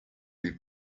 dei